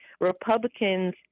Republicans